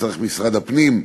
משרד הפנים צריך,